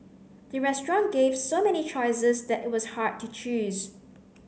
the restaurant gave so many choices that it was hard to choose